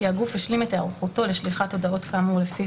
הגוף השלים את היערכותו לשליחת הודעות כאמור לפי